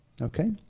Okay